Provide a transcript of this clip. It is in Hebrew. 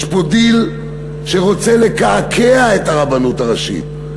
יש פה דיל שרוצה לקעקע את הרבנות הראשית,